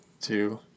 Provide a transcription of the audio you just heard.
Two